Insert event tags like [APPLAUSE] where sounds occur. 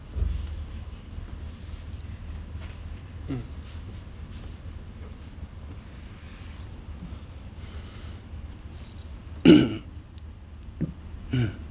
mm [COUGHS]